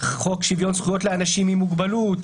חוק שוויון זכויות לאנשים עם מוגבלות,